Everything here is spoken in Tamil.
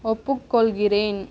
ஒப்புக்கொள்கிறேன்